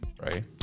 Right